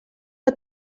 que